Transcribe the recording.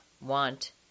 want